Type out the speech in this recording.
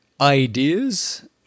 ideas